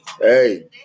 Hey